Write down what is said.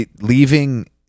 leaving